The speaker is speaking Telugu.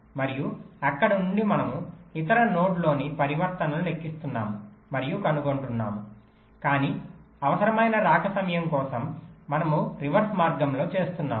మరియు అక్కడ నుండి మనము ఇతర నోడ్లోని పరివర్తనలను లెక్కిస్తున్నాము మరియు కనుగొంటాము కాని అవసరమైన రాక సమయం కోసం మనము రివర్స్ మార్గంలో చేస్తున్నాము